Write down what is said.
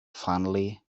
finally